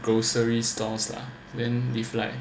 grocery stores lah then if like